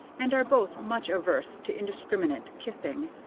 and are both much averse to indiscriminate kissing,